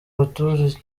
abaturanyi